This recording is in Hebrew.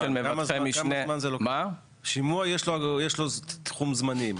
של מבטחי משנה --- לשימוע יש תחום זמנים.